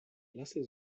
lassen